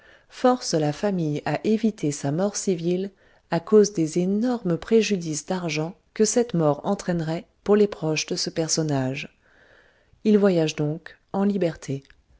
forcent la famille à éviter sa mort civile à cause des énormes préjudices d'argent que cette mort entraînerait pour les proches de ce personnage il voyage donc en liberté